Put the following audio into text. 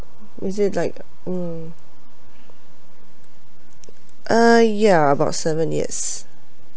is it like mm uh ya about seven yes